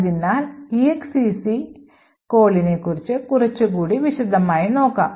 അതിനാൽ exec കോളിനെക്കുറിച്ച് കുറച്ചുകൂടി വിശദമായി നോക്കാം